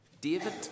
David